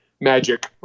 Magic